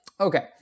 Okay